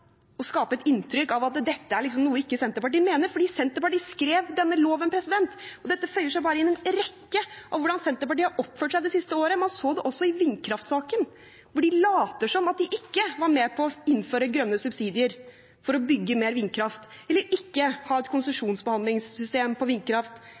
å skape et inntrykk av at dette er noe Senterpartiet ikke mener, for Senterpartiet skrev denne loven. Dette føyer seg bare inn i rekken av hvordan Senterpartiet har oppført seg det siste året. Man så det også i vindkraftsaken, hvor de later som de ikke var med på å innføre grønne subsidier for å bygge mer vindkraft, eller ikke ha et